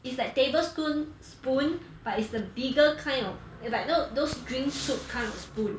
it's like tablespoon spoon but it's the bigger kind of like you know those drink soup kind of spoon